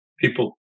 people